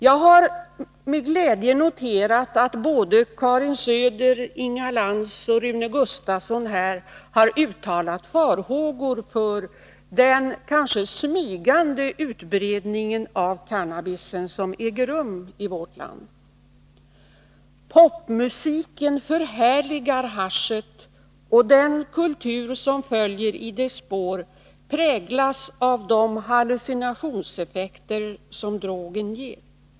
Jag har med glädje noterat att både Karin Söder, Inga Lantz och Rune Gustavsson har uttalat farhågor för den kanske smygande utbredning av cannabismissbruk som äger rum i vårt land. Popmusiken förhärligar haschet, Nr 153 och den kultur som följer i dess spår präglas av de hallucinationseffekter som Onsdagen den drogen ger.